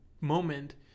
moment